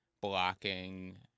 blocking